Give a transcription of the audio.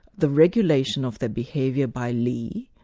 the regulation of their behaviour by li,